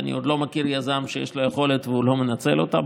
כי אני עוד לא מכיר יזם שיש לו יכולת והוא לא מנצל אותה,